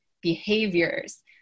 behaviors